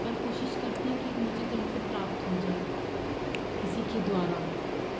पर कोशिश करते है की मुझे कही से प्राप्त हो जाए किसी के द्वारा